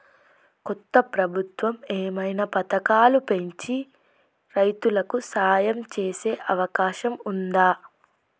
కొత్త ప్రభుత్వం ఏమైనా పథకాలు పెంచి రైతులకు సాయం చేసే అవకాశం ఉందా?